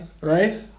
right